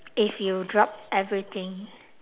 if you dropped everything